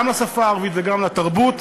גם לשפה הערבית וגם לתרבות,